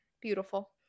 Beautiful